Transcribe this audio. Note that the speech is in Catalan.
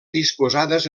disposades